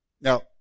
Now